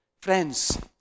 Friends